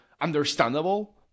understandable